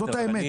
זאת האמת.